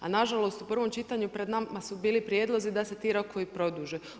A nažalost u prvom čitanju pred nama su bili prijedlozi da se ti rokovi produže.